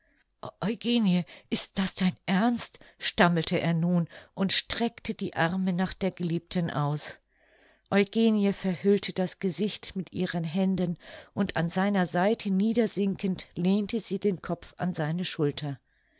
ist das dein ernst stammelte er nun und streckte die arme nach der geliebten aus eugenie verhüllte das gesicht mit ihren händen und an seiner seite niedersinkend lehnte sie den kopf an seine schulter